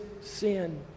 sin